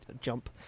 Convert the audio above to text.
jump